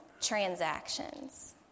transactions